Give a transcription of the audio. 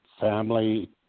Family